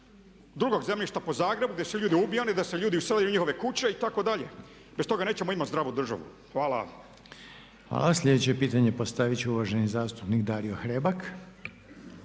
drugog zemljišta po Zagrebu gdje su ljudi ubijani i da su se ljudi uselili u njihove kuće itd. Bez toga nećemo imati zdravu državu. Hvala. **Reiner, Željko (HDZ)** Hvala. Sljedeće pitanje postavit će uvaženi zastupnik Dario Hrebak.